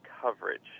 coverage